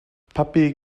puppy